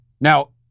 Now